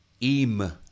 Im